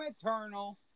Eternal